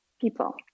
people